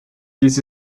dies